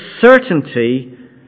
certainty